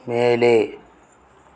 மேலே